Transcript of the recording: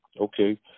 Okay